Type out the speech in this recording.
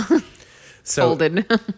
Folded